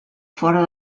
fora